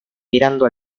mirando